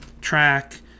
track